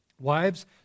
wives